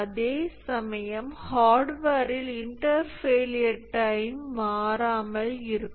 அதேசமயம் ஹார்ட்வேரில் inter failure time மாறாமல் இருக்கும்